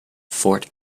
fort